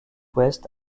ouest